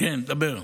כן, דבר.